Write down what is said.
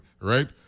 right